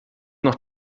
noch